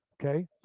okay